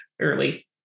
early